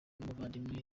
n’umuvandimwe